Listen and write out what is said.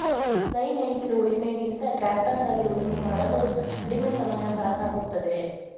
ಕೈ ನೇಗಿಲು ಉಳಿಮೆ ಗಿಂತ ಟ್ರ್ಯಾಕ್ಟರ್ ನಲ್ಲಿ ಉಳುಮೆ ಮಾಡಲು ಕಡಿಮೆ ಸಮಯ ಸಾಕಾಗುತ್ತದೆ